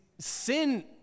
sin